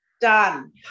done